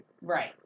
Right